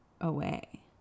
away